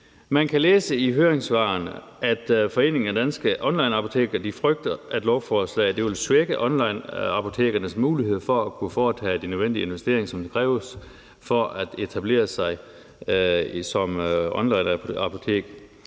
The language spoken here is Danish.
Man kan læse i høringssvarene, at Foreningen af Danske Online Apoteker frygter, at lovforslaget vil svække onlineapotekernes mulighed for at kunne foretage de nødvendige investeringer, som kræves for at etablere sig som onlineapotek.